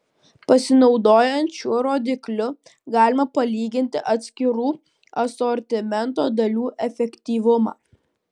pasinaudojant šiuo rodikliu galima palyginti atskirų asortimento dalių efektyvumą